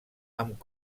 amb